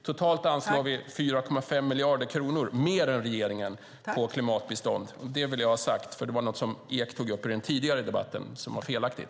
Totalt anslår vi 4,5 miljarder kronor mer än regeringen på klimatbistånd. Det vill jag ha sagt, för det som Ek sade om detta i den tidigare debatten var felaktigt.